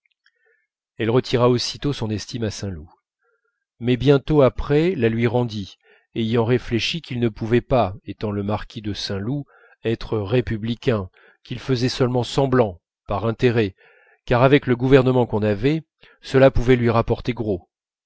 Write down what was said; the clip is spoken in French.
elle retira aussitôt son estime à saint loup mais bientôt après la lui rendit ayant réfléchi qu'il ne pouvait pas étant le marquis de saint loup être républicain qu'il faisait seulement semblant par intérêt car avec le gouvernement qu'on avait cela pouvait lui rapporter gros